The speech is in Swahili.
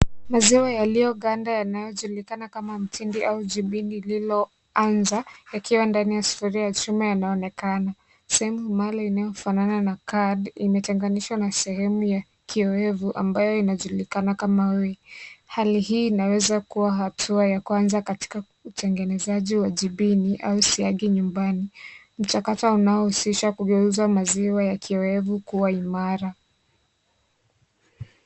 Maziwa yaliyoganda yanayojulikana kama mtindi au jibini liloanza yakiwa ndani ya sufuria ya chuma yanaonekana . Sehemu imara inayofanana na cad imetenganishwa na sehemu ya kioevu ambayo inajulikana kama way . Hali hii inaweza kuwa hatua ya kwanza katika utengenezaji wa jibini au siagi nyumbani . Mchakato unaohusisha kugeuza maziwa ya kioevu kuwa imara.